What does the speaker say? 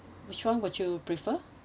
which one would you prefer